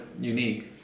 unique